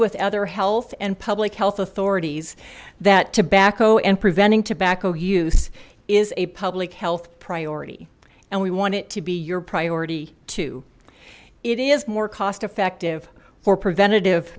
with other health and public health authorities that tobacco and preventing tobacco use is a public health priority and we want it to be your priority too it is more cost effective for preventative